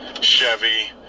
chevy